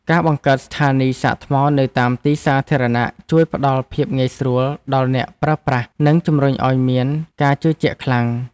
ការបង្កើតស្ថានីយសាកថ្មនៅតាមទីសាធារណៈជួយផ្ដល់ភាពងាយស្រួលដល់អ្នកប្រើប្រាស់និងជំរុញឱ្យមានការជឿជាក់ខ្លាំង។